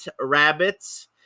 rabbits